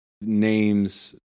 names